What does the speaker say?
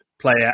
player